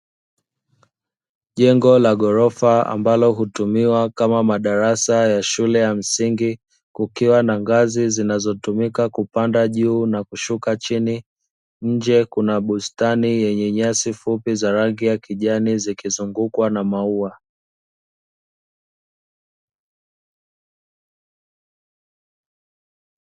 Jengo la ghorofa, ambalo hutumiwa kama madarasa ya shule ya msingi, kukiwa na ngazi zinazotumika kupanda juu na kushuka chini, nje kuna bustani yenye nyasi fupi za rangi ya kijani zikizungukwa na maua.